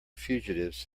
fugitives